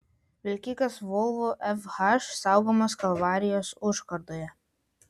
vilkikas volvo fh saugomas kalvarijos užkardoje